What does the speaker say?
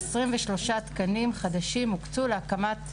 23 תקנים חדשים הוקצו להקמת